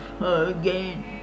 again